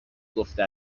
گفته